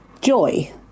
joy